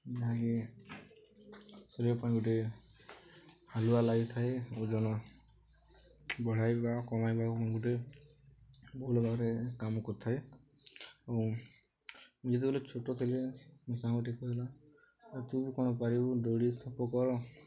ଯାହାକି ଶରୀର ପାଇଁ ଗୋଟେ ହାଲୁକା ଲାଗିଥାଏ ଓଜନ ବଢ଼ାଇବା କମାଇବା ପୁଣି ଗୋଟେ ବହୁଳ ଭାବରେ କାମ କରିଥାଏ ଏବଂ ମୁଁ ଯେତେବେଳେ ଛୋଟ ଥିଲି ମୋ ସାଙ୍ଗଟି କହଲା ଏ ତୁ କ'ଣ କରିବୁ ଦୌଡ଼ି ଥୋପ କର